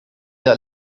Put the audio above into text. der